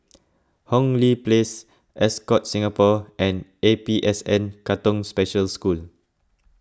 Hong Lee Place Ascott Singapore and A P S N Katong Special School